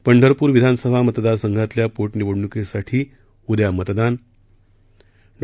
पंढरपूर विधानसभा मतदार संघातल्या पोटनिवडणुकीसाठी उद्या मतदान डॉ